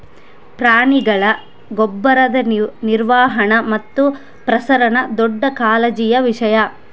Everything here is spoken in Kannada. ಪ್ರಾಣಿಗಳ ಗೊಬ್ಬರದ ನಿರ್ವಹಣೆ ಮತ್ತು ಪ್ರಸರಣ ದೊಡ್ಡ ಕಾಳಜಿಯ ವಿಷಯ